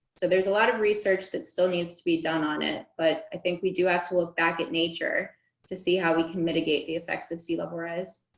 so there's a lot of research that still needs to be done on it, but i think we do have to look back in nature to see how we can mitigate the effects of sea level rise.